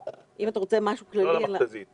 אם אתה רוצה משהו כללי --- לא רק על המכת"זית.